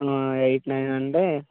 eight nine అంటే